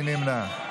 מי נמנע?